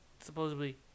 Supposedly